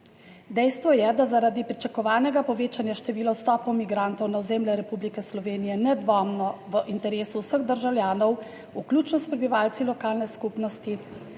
Dejstvo je, da zaradi pričakovanega povečanja števila vstopov migrantov na ozemlje Republike Slovenije nedvomno v interesu vseh državljanov vključno s prebivalci lokalne skupnosti,